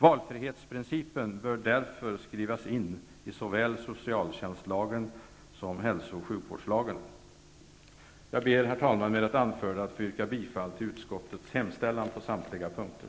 Valfrihetsprincipen bör därför skrivas in i såväl socialtjänstlagen som hälsooch sjukvårdslagen. Jag ber, herr talman, med det anförda att få yrka bifall till utskottets hemställan på samtliga punkter.